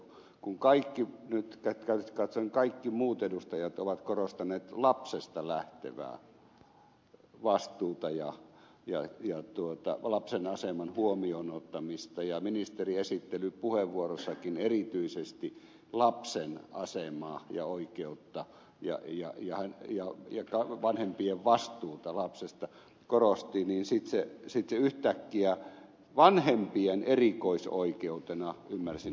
kun kaikki käytännöllisesti katsoen kaikki muut edustajat ovat nyt korostaneet lapsesta lähtevää vastuuta ja lapsen aseman huomioon ottamista ja ministeri esittelypuheenvuorossakin erityisesti lapsen asemaa ja oikeutta ja vanhempien vastuuta lapsesta korosti niin sitten se asia yhtäkkiä vanhempien erikoisoikeutena niin ymmärsin ed